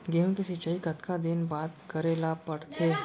गेहूँ के सिंचाई कतका दिन बाद करे ला पड़थे?